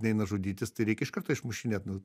neina žudytis tai reikia iš karto išmušinėt nu